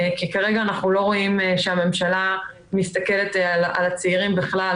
כי כרגע אנחנו לא רואים שהממשלה מסתכלת על הצעירים בכלל